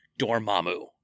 Dormammu